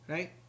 Right